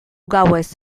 gauez